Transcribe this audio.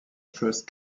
first